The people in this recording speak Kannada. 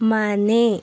ಮನೆ